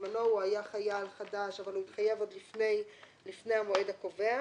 בזמנו הוא היה חייל חדש אבל הוא התחייב עוד לפני המועד הקובע,